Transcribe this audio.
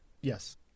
Yes